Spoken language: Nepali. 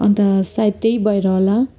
अन्त सायद त्यही भएर होला